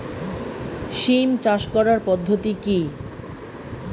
সিম চাষ করার পদ্ধতি কী?